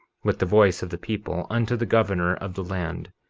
with the voice of the people, unto the governor of the land,